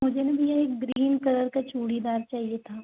मुझे ना भैया एक ग्रीन कलर का चूड़ीदार चाहिए था